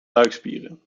buikspieren